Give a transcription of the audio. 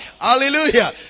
Hallelujah